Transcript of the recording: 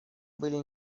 были